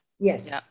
Yes